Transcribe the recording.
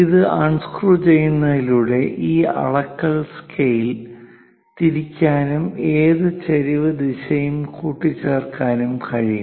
ഇത് അൺസ്ക്രൂ ചെയ്യുന്നതിലൂടെ ഈ അളക്കൽ സ്കെയിൽ തിരിക്കാനും ഏത് ചെരിവ് ദിശയും കൂട്ടിച്ചേർക്കാനും കഴിയും